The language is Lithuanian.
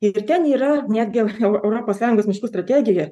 ir ten yra netgi europos sąjungos miškų strategija